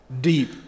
deep